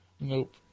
nope